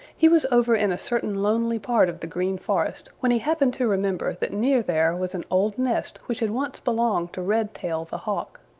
he was over in a certain lonely part of the green forest when he happened to remember that near there was an old nest which had once belonged to redtail the hawk.